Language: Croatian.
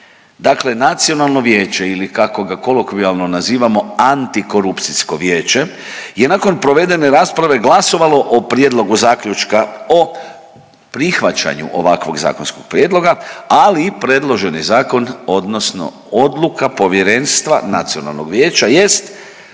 dakle Nacionalno vijeće ili kako ga kolokvijalno nazivamo Antikorupcijsko vijeće je nakon provedene rasprave glasovalo o prijedlogu zaključka o prihvaćanju ovakvog zakonskog prijedloga, ali predloženi zakon odnosno odluka povjerenstva, Nacionalnog vijeća